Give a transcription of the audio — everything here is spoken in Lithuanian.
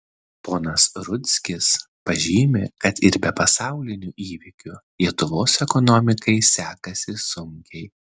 ponas rudzkis pažymi kad ir be pasaulinių įvykių lietuvos ekonomikai sekasi sunkiai